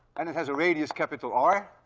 and it has a radius, capital r,